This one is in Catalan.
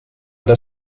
ara